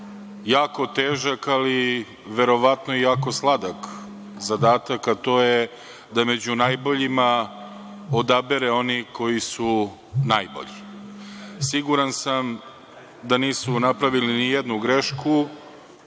jako težak, ali verovatno i jako sladak zadatak, a to je da među najboljima odaberu one koji su najbolji. Siguran sam da nisu napravili nijednu grešku,